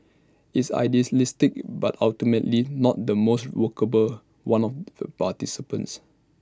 it's idealistic but ultimately not the most workable one of the participants